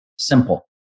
simple